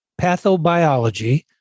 Pathobiology